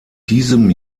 diesem